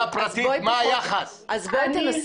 מה היחס בין קרקע פרטית ללא פרטית?